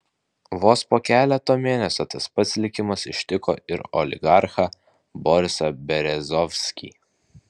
vos po keleto mėnesių tas pats likimas ištiko ir oligarchą borisą berezovskį